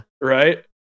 right